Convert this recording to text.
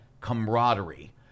camaraderie